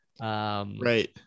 right